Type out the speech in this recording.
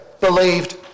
believed